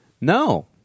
No